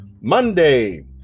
Monday